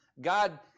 God